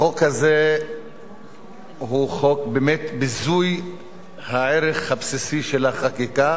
החוק הזה הוא חוק באמת ביזוי הערך הבסיסי של החקיקה,